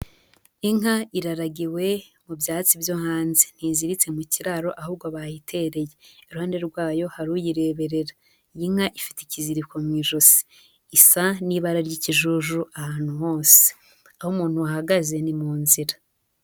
Inka iraragiwe mu byatsi byo hanze. Ntiziritse mu kiraro ahubwo bayitereye. Iruhande rwayo hari uyireberera. Iyi nka ifite ikiziriko mu ijosi. Isa n'ibara ry'ikijuju ahantu hose. Aho umuntu ahagaze ni mu nzira.